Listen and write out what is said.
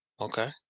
Okay